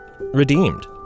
redeemed